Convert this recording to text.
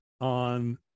on